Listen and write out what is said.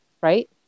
Right